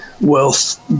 wealth